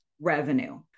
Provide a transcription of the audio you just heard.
revenue